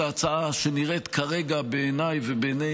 את ההצעה שנראית כרגע בעיניי ובעיני